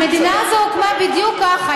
המדינה הזאת הוקמה בדיוק ככה,